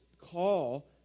call